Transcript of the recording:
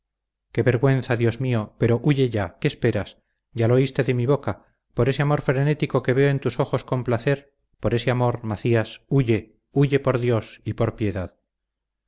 qué vergüenza dios mío pero huye ya qué esperas ya lo oíste de mi boca por ese amor frenético que veo en tus ojos con placer por ese amor macías huye huye por dios y por piedad